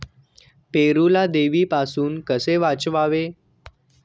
पेरूला देवीपासून कसे वाचवावे?